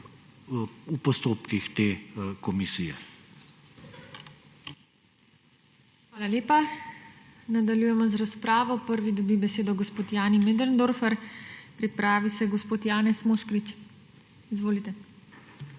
TINA HEFERLE:** Hvala lepa. Nadaljujemo z razpravo. Prvi dobi besedo gospod Jani Möderndorfer. Pripravi se gospod Janez Moškrič. Izvolite.